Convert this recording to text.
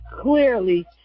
clearly